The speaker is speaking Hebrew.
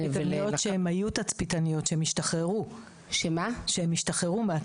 שהן היו תצפיתניות, שהן השתחררו מהצבא.